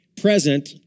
present